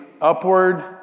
upward